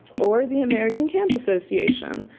or the american camp association,